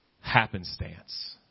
happenstance